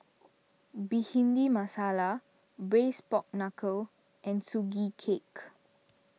Bhindi Masala Braised Pork Knuckle and Sugee Cake